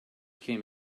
came